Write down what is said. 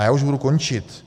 Já už budu končit.